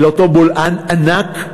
אל אותו בולען ענק?